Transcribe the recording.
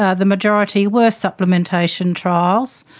ah the majority were supplementation trials,